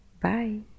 bye